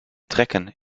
trekken